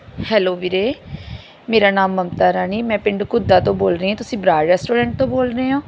hello ਵੀਰੇ ਮੇਰਾ ਨਾਮ ਮਮਤਾ ਰਾਣੀ ਮੈਂ ਪਿੰਡ ਘੁੱਦਾ ਤੋਂ ਬੋਲ ਰਹੀ ਹਾਂ ਤੁਸੀਂ ਬਰਾੜ ਰੈਸਟੋਰੈਂਟ ਤੋਂ ਬੋਲ ਰਹੇ ਹੋ